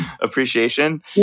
appreciation